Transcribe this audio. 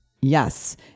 Yes